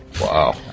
Wow